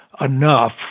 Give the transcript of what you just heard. enough